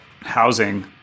housing